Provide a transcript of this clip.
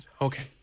Okay